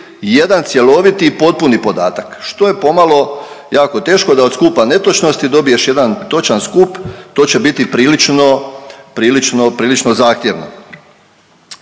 jedan cjeloviti i potpuni podatak što je pomalo jako teško da od skupa netočnosti dobiješ jedan točan skup. To će biti prilično zahtjevno.